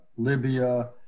Libya